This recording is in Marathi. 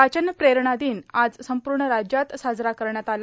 वाचन प्रेरणा दिन आज संपूर्ण राज्यात साजरा करण्यात आला